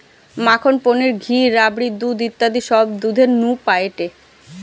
মাখন, পনির, ঘি, রাবড়ি, দুধ ইত্যাদি সব দুধের নু পায়েটে